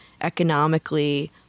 economically